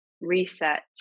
reset